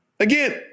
Again